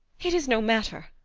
it is no matter,